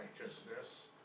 righteousness